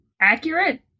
accurate